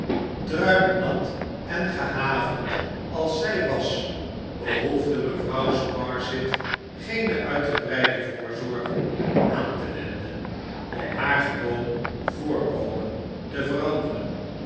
druipnat en gehavend als zij was behoefde mevrouw sparsit geene uitgebreide voorzorgen aan te wenden om haar gevvoon voorkomen te veranderen